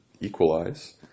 equalize